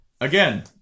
Again